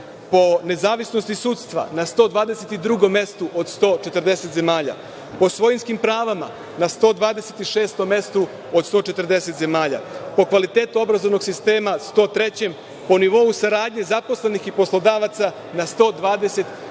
Po nezavisnosti sudstva smo na 122. mestu od 140 zemalja. Po svojinskim pravima smo na 126. mestu od 140 zemalja. Po kvalitetu obrazovnog sistem smo na 103. mestu, a po nivou saradnje zaposlenih i poslodavaca na 126. mestu.